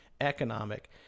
economic